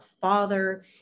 father